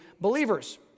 believers